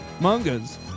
Mangas